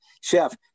Chef